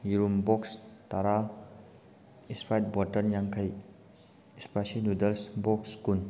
ꯌꯦꯔꯨꯝ ꯕꯣꯛꯁ ꯇꯔꯥ Sprite bottle ꯌꯥꯡꯈꯩ ꯏꯁꯄꯥꯁꯤ ꯅꯨꯗꯜꯁ ꯕꯣꯛꯁ ꯀꯨꯟ